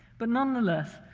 but nonetheless,